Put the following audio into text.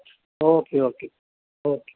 okay okay okay